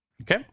okay